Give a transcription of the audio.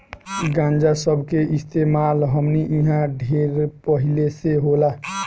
गांजा सब के इस्तेमाल हमनी इन्हा ढेर पहिले से होला